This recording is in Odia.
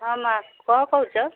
ହଁ ମାଆ କ'ଣ କହୁଛ